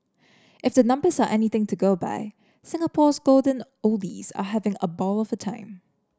if the numbers are anything to go by Singapore's golden oldies are having a ball of a time